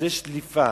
יש דליפה.